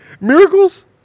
Miracles